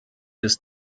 des